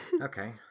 Okay